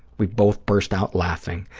we both burst out laughing.